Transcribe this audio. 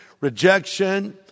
rejection